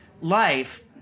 life